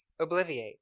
Obliviate